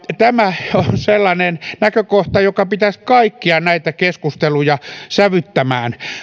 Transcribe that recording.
tämä on sellainen näkökohta jonka pitäisi kaikkia näitä keskusteluja sävyttää